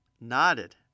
nodded